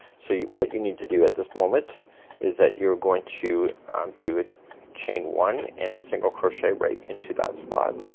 so what you need to do at this moment is that you're going to do a chain one and single crochet right into that spot